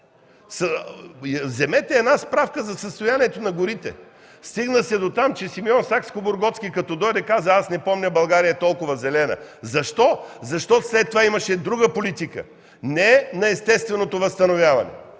Вземете една справка за състоянието на горите. Стигна се до там, че Симеон Сакскобурготски като дойде, каза: не помня България толкова зелена. Защо? Защото след това имаше друга политика. Не на естественото възстановяване,